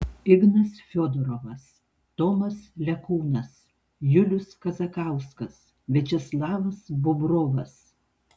ignas fiodorovas tomas lekūnas julius kazakauskas viačeslavas bobrovas